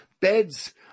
beds